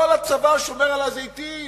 כל הצבא שומר על הזיתים,